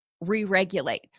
re-regulate